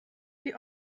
die